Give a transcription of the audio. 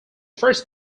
first